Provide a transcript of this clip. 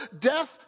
death